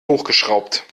hochgeschraubt